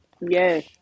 Yes